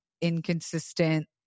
inconsistent